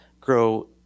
grow